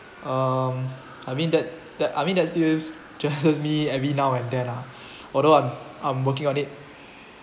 um I mean that that I mean that still just me every now and then ah although I'm I'm working on it